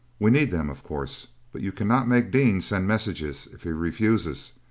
we need them, of course. but you cannot make dean send messages if he refuses,